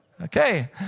Okay